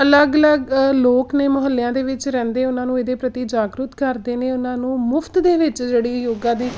ਅਲੱਗ ਅਲੱਗ ਲੋਕ ਨੇ ਮੁਹੱਲਿਆਂ ਦੇ ਵਿੱਚ ਰਹਿੰਦੇ ਉਹਨਾਂ ਨੂੰ ਇਹਦੇ ਪ੍ਰਤੀ ਜਾਗਰੂਕ ਕਰਦੇ ਨੇ ਉਹਨਾਂ ਨੂੰ ਮੁਫ਼ਤ ਦੇ ਵਿੱਚ ਜਿਹੜੀ ਯੋਗਾ ਦੀ